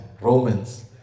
Romans